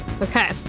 Okay